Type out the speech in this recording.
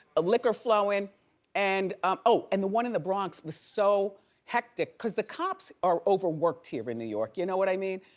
liquor flowing and um and the one in the bronx was so hectic. cause the cops are overworked here in new york. you know what i mean?